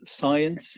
science